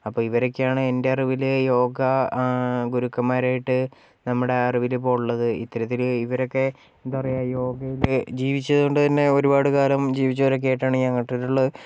അപ്പോൾ ഇവരൊക്കെയാണ് എൻ്റെ അറിവില് യോഗ ഗുരുക്കന്മാരായിട്ട്നമ്മുടെ അറിവിലിപ്പോൾ ഉള്ളത് ഇത്തരത്തിൽ ഇവരൊക്കെ എന്താ പറയുക യോഗയൊക്കെ ജീവിച്ചു കൊണ്ട് തന്നെ ഒരുപാട് കാലം ജീവിച്ചവരൊക്കെയായിട്ടാണ് ഞാൻ കണ്ടിട്ടുള്ളത്